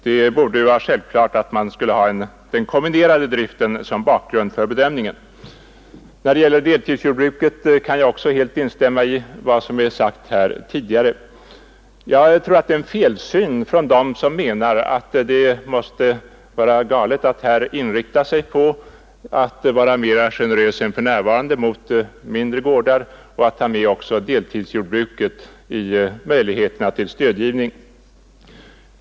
Det borde vara självklart att den kombinerade driften skall ligga som bakgrund för bedömningen. När det gäller deltidsjordbruket kan jag också helt instämma i vad som sagts här tidigare. Jag tror att det är en felsyn från dem som menar att det måste vara fel att här inrikta sig på att vara mera generös än för närvarande mot mindre gårdar och att ta med också deltidsjordbruket i möjligheterna till stödgivning.